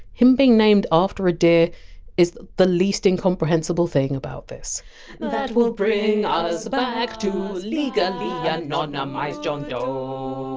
him being named after a deer is the least incomprehensible thing about this that will bring us back to legally anonymised john doe